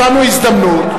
(תיקון מס' 10),